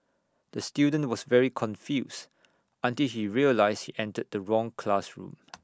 the student was very confused until he realised he entered the wrong classroom